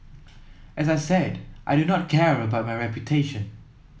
as I said I do not care about my reputation